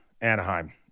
Anaheim